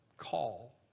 call